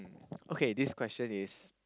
okay this question is